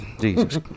Jesus